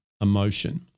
emotion